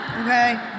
Okay